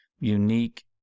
unique